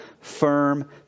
firm